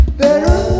better